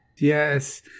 Yes